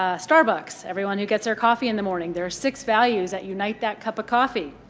ah starbucks everyone who gets our coffee in the morning, there are six values that unite that cup of coffee.